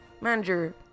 manager